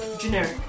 Generic